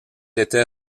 était